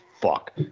fuck